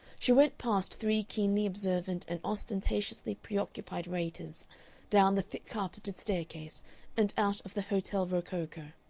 she went past three keenly observant and ostentatiously preoccupied waiters down the thick-carpeted staircase and out of the hotel rococo,